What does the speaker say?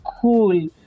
cool